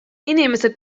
inimesed